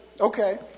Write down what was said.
Okay